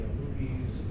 movies